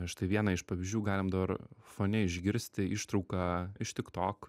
štai vieną iš pavyzdžių galim dar fone išgirsti ištrauką iš tiktok